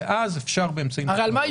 ואז אפשר באמצעים